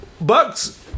Bucks